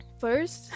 first